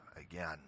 again